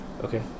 Okay